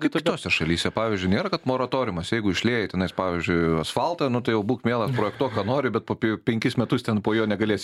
kaip kitose šalyse pavyzdžiui nėra kad moratoriumas jeigu išliejai tenais pavyzdžiui asfaltą nu tai jau būk mielas projektuok ką nori bet po penkis metus ten po jo negalėsi